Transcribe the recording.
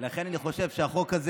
לכן אני חושב שהחוק הזה